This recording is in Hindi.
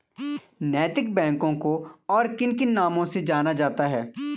नैतिक बैंकों को और किन किन नामों से जाना जाता है?